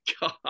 God